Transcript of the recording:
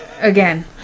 Again